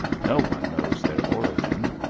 no one knows their origin.